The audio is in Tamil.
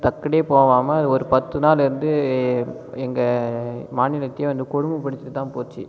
டக்குனே போகாமா ஒரு பத்து நாள் இருந்து எங்கள் மாநிலத்தையே வந்து கொடுமைப்படுத்திவிட்டுதான் போச்சு